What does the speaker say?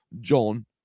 John